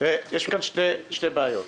יש כאן שתי בעיות.